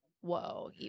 whoa